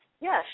yes